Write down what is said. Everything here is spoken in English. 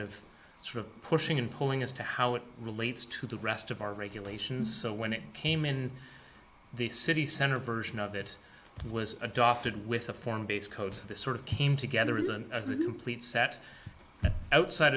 of sort of pushing and pulling as to how it relates to the rest of our regulations so when it came in the city center version of it was adopted with a foreign base codes the sort of came together as a complete sat outside